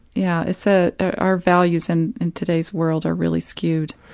yeah, it's a our values and in today's world are really skewed.